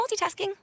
multitasking